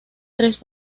tres